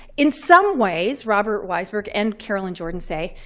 in some ways, robert weisberg and carol and jordan say,